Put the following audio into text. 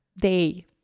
day